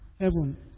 heaven